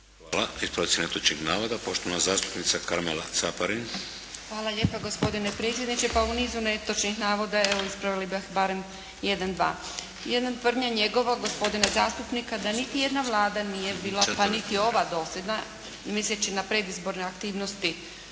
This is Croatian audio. Hvala. Ispravci netočnih navoda. Poštovana zastupnica Karmela Caparin. **Caparin, Karmela (HDZ)** Hvala lijepa gospodine predsjedniče. Pa u nizu netočnih navoda evo ispravila bih barem jedan, dva. Jedan, tvrdnja njegovog gospodina zastupnika da niti jedna Vlada nije bila, pa niti ova dosljedna, misleći na predizborne aktivnosti